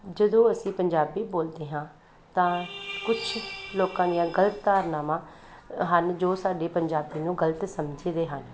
ਜਦੋਂ ਅਸੀਂ ਪੰਜਾਬੀ ਬੋਲਦੇ ਹਾਂ ਤਾਂ ਕੁਛ ਲੋਕਾਂ ਦੀਆਂ ਗਲਤ ਧਾਰਨਾਵਾਂ ਹਨ ਜੋ ਸਾਡੇ ਪੰਜਾਬੀ ਨੂੰ ਗਲਤ ਸਮਝਦੇ ਹਨ